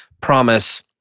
promise